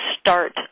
start